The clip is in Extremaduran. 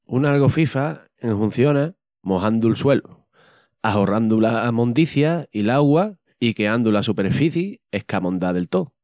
Una algofifa enhunciona mojandu'l suelu, ajorrandu la mondicia i'l augua i queandu la superficii escamondá del tó.